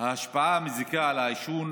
ההשפעה המזיקה של העישון